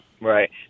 Right